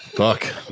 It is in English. Fuck